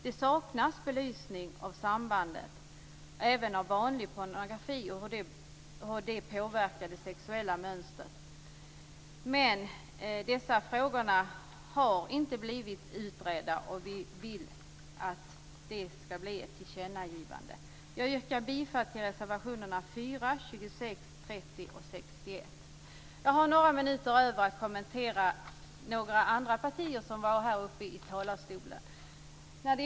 Det saknas belysning av det sambandet, även av hur vanlig pornografi påverkar det sexuella mönstret. Dessa frågor har inte blivit utredda, och vi vill att det skall göras ett tillkännagivande. Jag yrkar bifall till reservationerna 4, 26, 30 och Jag har några minuter över till att kommentera några inlägg från ledamöter i andra partier som har varit uppe i talarstolen.